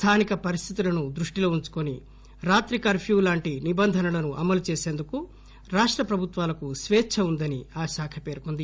స్థానిక పరిస్థితులను దృష్టిలో వుంచుకొని రాత్రి కర్ఫ్యూ లాంటి నిబంధనలను అమలు చేసేందుకు రాష్ట ప్రభుత్వాలకు స్వేచ్చ వుందని ఆ శాఖ పేర్కొంది